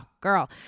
girl